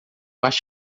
acho